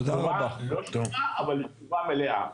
תשובה לא שלמה אבל מלאה.